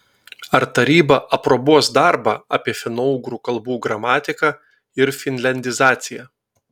ar taryba aprobuos darbą apie finougrų kalbų gramatiką ir finliandizaciją